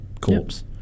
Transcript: corpse